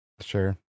sure